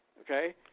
okay